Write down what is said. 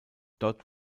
dort